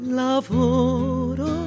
lavoro